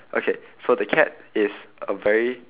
okay so the cat is a very